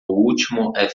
último